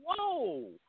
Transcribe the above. Whoa